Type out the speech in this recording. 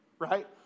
right